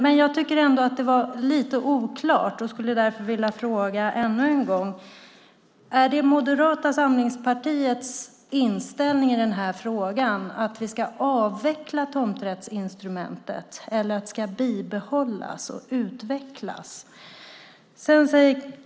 Det var ändå lite oklart, och jag skulle därför vilja fråga ännu en gång: Är Moderata samlingspartiets inställning i frågan att vi ska avveckla tomträttsinstitutet eller att det ska bibehållas och utvecklas?